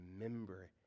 remember